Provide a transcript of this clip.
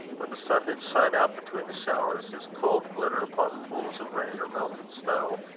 when the sun did shine out between the showers, his cold glitter upon the pools of rain or melted snow,